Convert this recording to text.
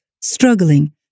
struggling